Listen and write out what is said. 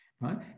right